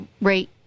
rate